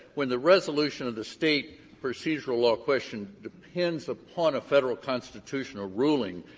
when the resolution of the state procedural law question depends upon a federal constitutional ruling,